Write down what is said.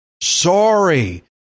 Sorry